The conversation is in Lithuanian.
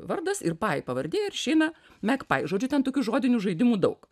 vardas ir pai pavardė ir išeina meg pai žodžiu ten tokių žodinių žaidimų daug